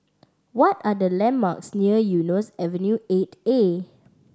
what are the landmarks near Eunos Avenue Eight A